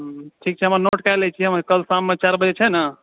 ठीक छै हम नोट कऽ लऽ छियै कल शाममे चारि बजे छै ने